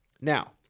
Now